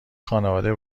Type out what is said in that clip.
خانواده